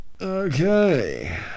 Okay